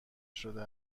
شده